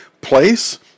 place